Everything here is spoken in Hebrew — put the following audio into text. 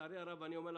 לצערי הרב אני אומר לכם,